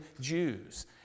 Jews